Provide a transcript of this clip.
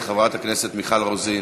חברת הכנסת מיכל רוזין,